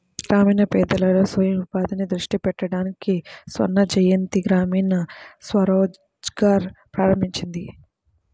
గ్రామీణ పేదలలో స్వయం ఉపాధిని దృష్టి పెట్టడానికి స్వర్ణజయంతి గ్రామీణ స్వరోజ్గార్ ప్రారంభించింది